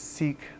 Seek